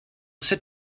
sit